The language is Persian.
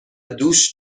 دوش